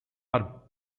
are